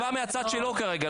אני בא מהצד שלו כרגע,